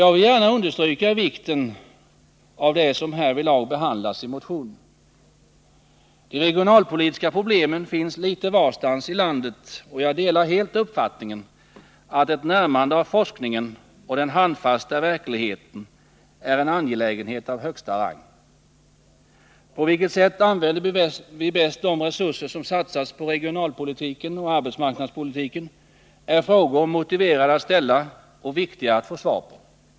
Jag vill gärna understryka vikten av det som härvidlag behandlas i motionen. De regionalpolitiska problemen finns litet varstans i landet, och jag delar helt uppfattningen att ett närmande av forskningen till den handfasta verkligheten är en angelägenhet av högsta rang. På vilket sätt använder vi bäst de resurser som satsas på regionalpolitiken och arbetsmarknadspolitiken? Det är en fråga som det är motiverat att ställa och viktigt att få svar på.